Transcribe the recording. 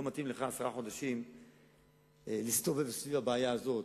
לא מתאים לך עשרה חודשים להסתובב סביב הבעיה הזאת.